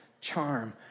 charm